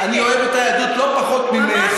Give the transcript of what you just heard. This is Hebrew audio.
אני אוהב את היהדות לא פחות ממך.